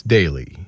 Daily